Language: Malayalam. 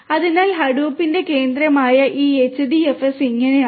അതിനാൽ ഹഡൂപ്പിന്റെ കേന്ദ്രമായ ഈ HDFS ഇങ്ങനെയാണ്